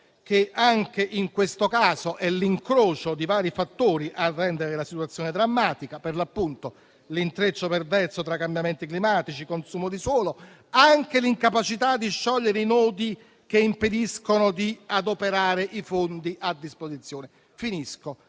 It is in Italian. che anche in questo caso sia l'incrocio di vari fattori a rendere la situazione drammatica: per l'appunto, l'intreccio perverso tra cambiamenti climatici, consumo di suolo e anche incapacità di sciogliere i nodi che impediscono di adoperare i fondi a disposizione. In